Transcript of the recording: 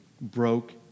broke